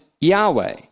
Yahweh